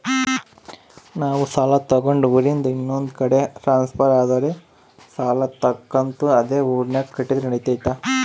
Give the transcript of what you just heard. ನಾವು ಸಾಲ ತಗೊಂಡು ಊರಿಂದ ಇನ್ನೊಂದು ಕಡೆ ಟ್ರಾನ್ಸ್ಫರ್ ಆದರೆ ಸಾಲ ಕಂತು ಅದೇ ಊರಿನಾಗ ಕಟ್ಟಿದ್ರ ನಡಿತೈತಿ?